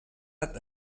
per